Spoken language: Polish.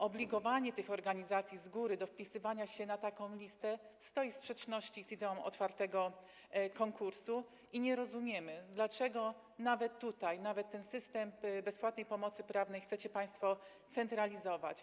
Obligowanie tych organizacji z góry do wpisywania się na taką listę stoi w sprzeczności z ideą otwartego konkursu i nie rozumiemy, dlaczego nawet ten system bezpłatnej pomocy prawnej chcecie państwo centralizować.